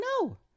No